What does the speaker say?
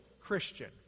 Christian